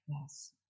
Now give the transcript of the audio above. Yes